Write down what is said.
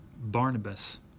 Barnabas